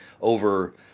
over